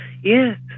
Yes